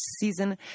season